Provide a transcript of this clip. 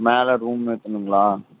மேலே ரூம் ஏற்றணுங்களா